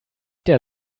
der